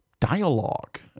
dialogue